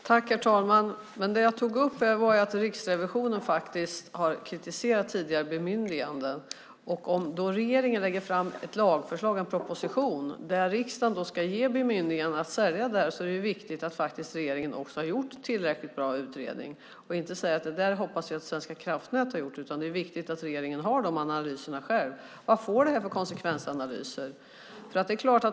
Herr talman! Men det jag tog upp var att Riksrevisionen faktiskt har kritiserat tidigare bemyndigande. Om då regeringen lägger fram ett lagförslag, en proposition, där riksdagen ska ge bemyndigande när det gäller att sälja det här är det viktigt att regeringen faktiskt också har gjort en tillräckligt bra utredning. Man kan inte säga att man hoppas att Svenska kraftnät har gjort det, utan det är viktigt att regeringen har de analyserna själv. Vad får det här för konsekvenser?